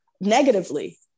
negatively